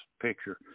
picture